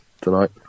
tonight